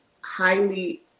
highly